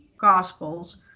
Gospels